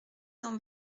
cent